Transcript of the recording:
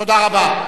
תודה רבה.